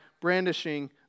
brandishing